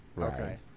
okay